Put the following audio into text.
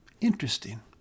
Interesting